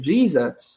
Jesus